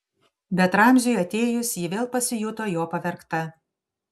bet ramziui atėjus ji vėl pasijuto jo pavergta